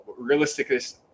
Realisticness